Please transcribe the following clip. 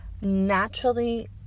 naturally